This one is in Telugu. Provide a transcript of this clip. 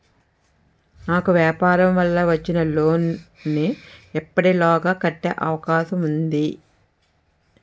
నాకు వ్యాపార వల్ల వచ్చిన లోన్ నీ ఎప్పటిలోగా కట్టే అవకాశం ఉంది?